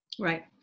Right